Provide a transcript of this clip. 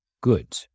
good